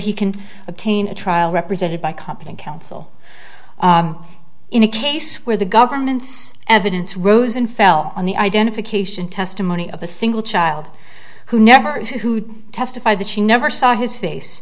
he can obtain a trial represented by competent counsel in a case where the government's evidence rose and fell on the identification testimony of a single child who never who did testify that she never saw his face